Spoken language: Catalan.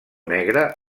negre